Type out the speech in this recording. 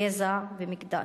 גזע ומגדר.